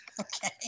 Okay